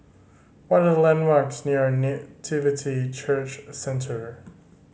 what are the landmarks near Nativity Church Centre